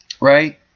right